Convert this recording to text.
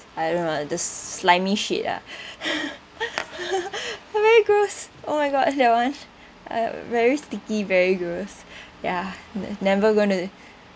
I don't know ah the slimy shit ah like very gross oh my god that [one] uh very sticky very gross ya never going to